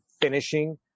finishing